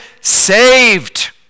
saved